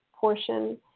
portion